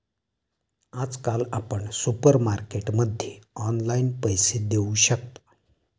आजकाल आपण सुपरमार्केटमध्ये ऑनलाईन पैसे देऊ शकता